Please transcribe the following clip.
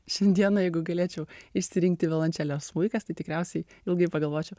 šiandieną jeigu galėčiau išsirinkti violončelė ar smuikas tai tikriausiai ilgai pagalvočiau